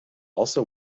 also